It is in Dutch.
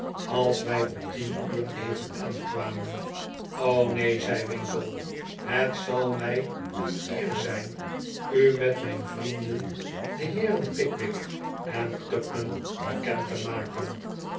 als wij om tien uur even aankwamen r o neen zei winkle het zal mij een eer zijn u met mijn vrienden de heeren pickwick en tupman bekend te maken